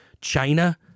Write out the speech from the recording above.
China